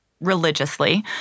religiously